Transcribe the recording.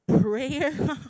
prayer